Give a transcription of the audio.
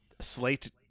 slate